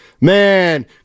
man